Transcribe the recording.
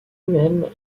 même